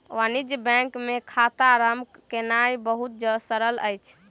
वाणिज्य बैंक मे खाता आरम्भ केनाई बहुत सरल अछि